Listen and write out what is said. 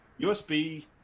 USB